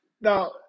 now